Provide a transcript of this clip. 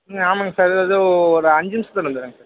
ம் ஆமாங்க சார் இது அது ஒரு அஞ்சு நிமிஷத்துல வந்துறேங்க சார்